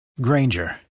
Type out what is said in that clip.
Granger